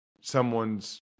someone's